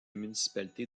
municipalité